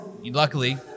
luckily